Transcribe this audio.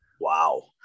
wow